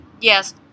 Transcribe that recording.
yes